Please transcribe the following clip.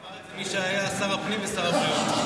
אמר את זה מי שהיה שר הפנים ושר הבריאות.